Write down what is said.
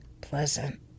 pleasant